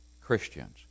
Christians